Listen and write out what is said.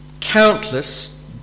countless